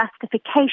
justification